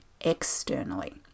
externally